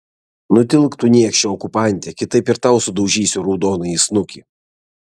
nutilk tu niekše okupante kitaip ir tau sudaužysiu raudonąjį snukį